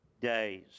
days